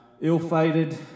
ill-fated